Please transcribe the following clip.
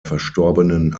verstorbenen